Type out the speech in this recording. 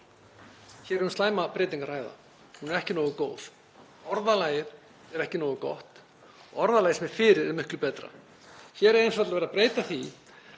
Hér er um slæma breytingu að ræða. Hún er ekki nógu góð. Orðalagið er ekki nógu gott. Orðalagið sem er fyrir er miklu betra. Hér er verið að breyta því